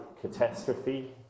catastrophe